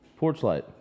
Porchlight